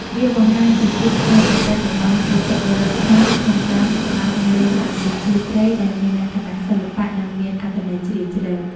វាបង្ហាញពីភាពច្នៃប្រឌិតរបស់បុព្វបុរសខ្មែរក្នុងការបង្កើតនូវល្បែងប្រជាប្រិយដែលមានលក្ខណៈសិល្បៈ និងមានអត្ថន័យជ្រាលជ្រៅ។